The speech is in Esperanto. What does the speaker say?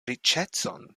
riĉecon